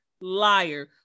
liar